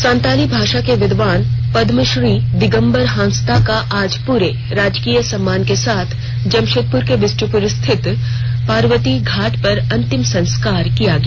संताली भाषा के विद्वान पद्मश्री दिगंबर हांसदा का आज पूरे राजकीय सम्मान के साथ जमशेदपुर के बिष्ट्रपुर रिथित पार्वती घाट पर अंतिम संस्कार किया गया